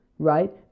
Right